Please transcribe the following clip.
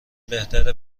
بهتره